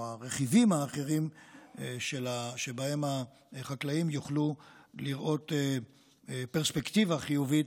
או הרכיבים האחרים שבהם החקלאים יוכלו לראות פרספקטיבה חיובית,